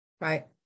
right